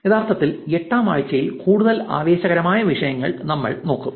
യഥാർത്ഥത്തിൽ 8 ാം ആഴ്ചയിൽ കൂടുതൽ ആവേശകരമായ വിഷയങ്ങൾ നമ്മൾ നോക്കും